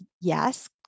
yes